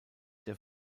der